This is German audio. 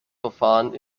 verfahren